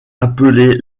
appelé